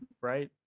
right